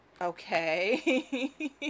Okay